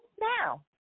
now